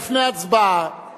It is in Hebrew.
לפני ההצבעה